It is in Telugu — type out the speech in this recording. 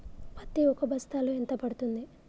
పత్తి ఒక బస్తాలో ఎంత పడ్తుంది?